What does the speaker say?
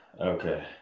okay